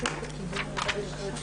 הישיבה ננעלה